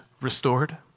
restored